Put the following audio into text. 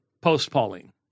post-Pauline